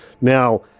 Now